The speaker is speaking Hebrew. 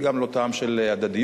גם לא טעם של הדדיות.